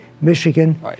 Michigan